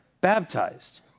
baptized